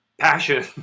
passion